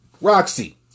Roxy